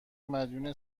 مدیون